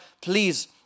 please